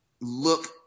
look